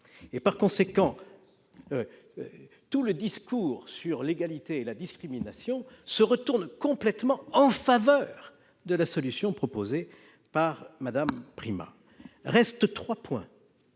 ! Par conséquent, tout le discours sur l'égalité et la discrimination se retourne complètement en faveur de la solution proposée par Mme Primas. L'adoption